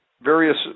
various